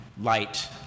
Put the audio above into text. light